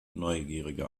neugierige